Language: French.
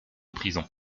prison